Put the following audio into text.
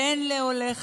בן לעולה חדש.